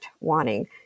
wanting